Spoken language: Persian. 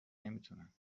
نمیتونم